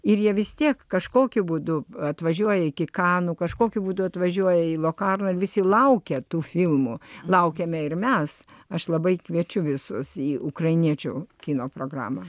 ir jie vis tiek kažkokiu būdu atvažiuoja iki kanų kažkokiu būdu atvažiuoja į lokarną visi laukia tų filmų laukiame ir mes aš labai kviečiu visus į ukrainiečių kino programą